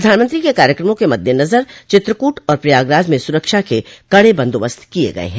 प्रधानमंत्री के कार्यक्रमों के मद्देनजर चित्रकूट और प्रयागराज में सुरक्षा के कड़े बंदोबस्त किए गए हैं